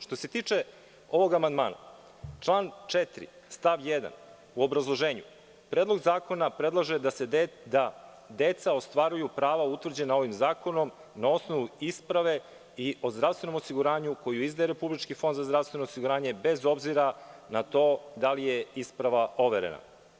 Što se tiče ovog amandmana, član 4. stav 1. u obrazloženju - Predlog zakona predlaže deca ostvaruju prava utvrđena ovim zakonom na osnovu isprave i o zdravstvenom osiguranju koju izdaje Republički fond za zdravstveno osiguranje bez obzira na to da li je isprava overena.